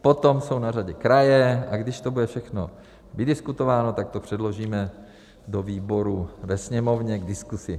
Potom jsou na řadě kraje, a když to bude všechno vydiskutováno, tak to předložíme do výboru ve Sněmovně k diskuzi.